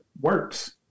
works